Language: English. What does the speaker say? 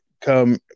come